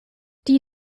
die